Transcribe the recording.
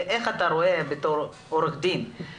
איך אתה רואה את הפתרון בתור עורך דין.